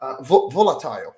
Volatile